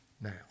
now